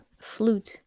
Flute